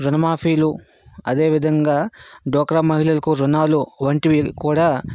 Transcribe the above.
రుణమాఫీలు అదేవిధంగా డోక్రా మహిళలకు రుణాలు వంటివి కూడా